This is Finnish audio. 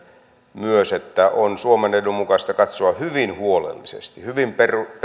myös siinä että on suomen edun mukaista katsoa hyvin huolellisesti hyvin